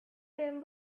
them